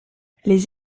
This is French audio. les